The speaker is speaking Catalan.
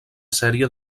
sèrie